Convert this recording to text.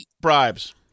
bribes